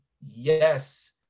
yes